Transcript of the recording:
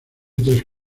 tres